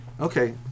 okay